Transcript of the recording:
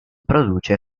produce